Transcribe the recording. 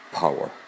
power